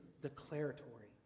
declaratory